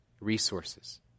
resources